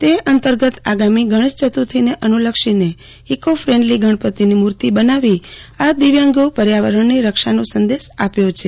તે અંતર્ગત ગણેશચતુર્થીને અનુ લક્ષીને ઇકોફેન્ડલી ગણપતીની મૂ ર્તિ બનાવીઆ દિવ્યાંગો પર્યાવરણની રક્ષાનો સંદેશ આપ્યો છે